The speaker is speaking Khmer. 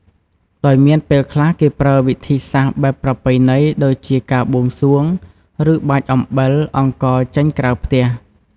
ដោយមានពេលខ្លះគេប្រើវិធីសាស្ត្របែបប្រពៃណី ដូចជាការបួងសួង ឬបាចអំបិល អង្ករចេញក្រៅផ្ទះ។